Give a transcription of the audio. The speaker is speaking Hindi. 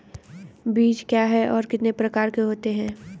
बीज क्या है और कितने प्रकार के होते हैं?